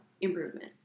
improvement